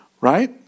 right